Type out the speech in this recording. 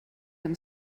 him